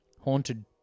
Haunted